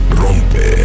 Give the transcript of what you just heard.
rompe